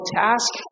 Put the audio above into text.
task